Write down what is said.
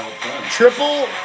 Triple